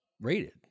rated